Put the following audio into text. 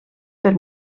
per